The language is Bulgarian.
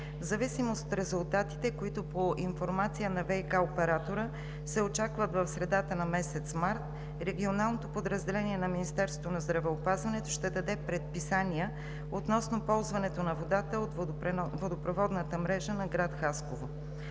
В зависимост от резултатите, които по информация на ВиК оператора се очакват в средата на месец март, регионалното подразделение на Министерството на здравеопазването ще даде предписания относно ползването на водата от водопроводната мрежа на град Хасково.